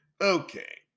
Okay